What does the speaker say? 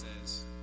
says